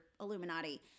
Illuminati